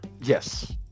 Yes